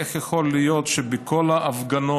איך יכול להיות שבכל ההפגנות,